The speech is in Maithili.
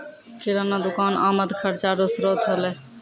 किराना दुकान आमद खर्चा रो श्रोत होलै